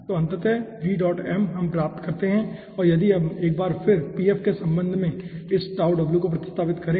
तो अंततः हम प्राप्त करते हैं यदि हम एक बार फिर के संबंध में इस को प्रतिस्थापित करते हैं